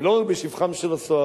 ולא רק בשבחם של הסוהרים,